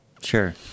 Sure